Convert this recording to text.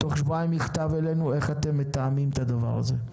תוך שבועיים מכתב אלינו איך אתם מתאמים את הדבר הזה,